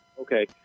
Okay